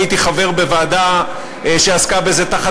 אני הייתי חבר בוועדה שעסקה בזה תחת